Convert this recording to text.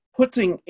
putting